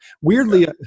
weirdly